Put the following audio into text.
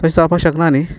तशें जावपाक शकना न्हय